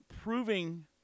proving